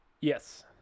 Yes